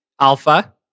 Alpha